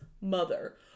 mother